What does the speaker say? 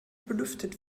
belüftet